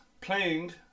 playing